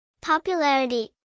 Popularity